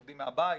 עובדים מהבית,